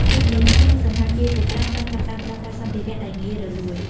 ភោជនីយដ្ឋាន និងសណ្ឋាគារជាច្រើនបានចាប់ផ្តើមប្រើប្រាស់សម្ភារៈដែលងាយរលួយ។